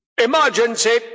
Emergency